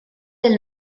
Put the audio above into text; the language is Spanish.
del